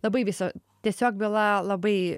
labai viso tiesiog byla labai